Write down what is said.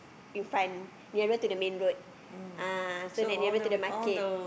in front nearer to the main road ah so nearer to the market